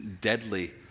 Deadly